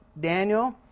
Daniel